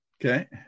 okay